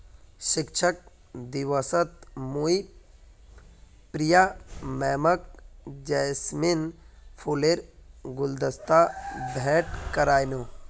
शिक्षक दिवसत मुई प्रिया मैमक जैस्मिन फूलेर गुलदस्ता भेंट करयानू